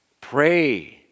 Pray